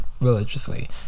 religiously